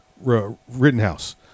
Rittenhouse